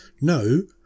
No